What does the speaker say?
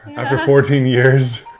after fourteen years.